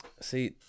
See